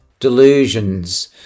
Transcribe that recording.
delusions